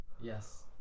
Yes